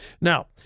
Now